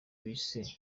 bise